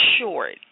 short